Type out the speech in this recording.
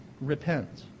Repent